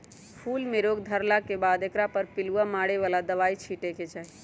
फूल में रोग धरला के बाद एकरा पर पिलुआ मारे बला दवाइ छिटे के चाही